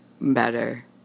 better